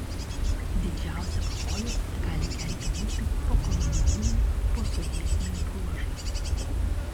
didžiausią pavojų gali kelti mūsų pokolonijiniai posovietiniai bruožai